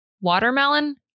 watermelon